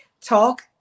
talk